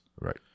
Right